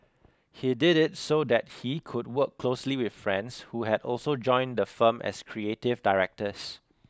he did it so that he could work closely with friends who had also joined the firm as creative directors